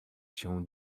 się